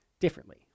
differently